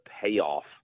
payoff